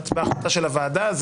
זה החלטה בהצבעה של הוועדה.